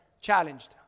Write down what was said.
challenged